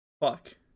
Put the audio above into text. Fuck